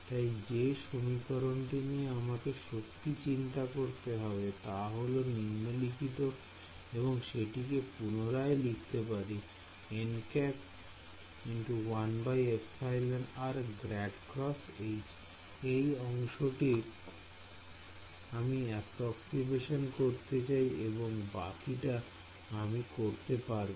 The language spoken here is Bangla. তাই যে সমীকরণটি নিয়ে আমাকে সত্যি চিন্তা করতে হবে তা হল নিম্নলিখিত এবং সেটিকে পুনরায় লিখতে পারি এই অংশটির আমি অ্যাপ্রক্সিমেশন করতে চাই এবং বাকিটা আমি করতে পারব